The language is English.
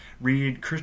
read